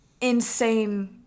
insane